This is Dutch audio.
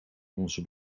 onze